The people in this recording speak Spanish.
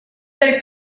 del